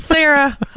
Sarah